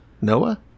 Noah